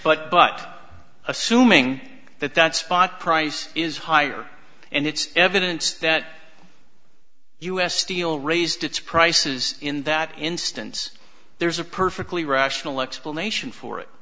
but but assuming that that spot price is higher and it's evident that u s steel raised its prices in that instance there's a perfectly rational explanation for it